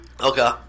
okay